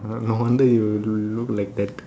ah no wonder you look like that